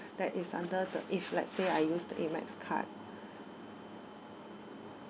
that is under the if let's say I use amex card